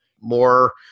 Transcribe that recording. more –